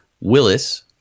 Willis